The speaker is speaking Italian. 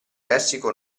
lessico